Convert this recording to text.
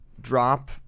drop